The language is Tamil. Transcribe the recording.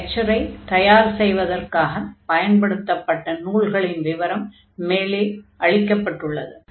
இந்த லெக்சரை தயார் செய்வதற்காகப் பயன்படுத்தப்பட்ட நூல்களின் விவரம் மேலே அளிக்கப்பட்டுள்ளது